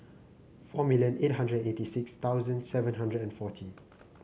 four million eight hundred eighty six thousand seven hundred and forty